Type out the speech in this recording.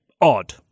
Odd